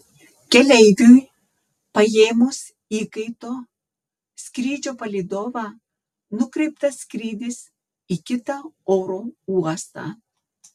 keleiviui paėmus įkaitu skrydžio palydovą nukreiptas skrydis į kitą oro uostą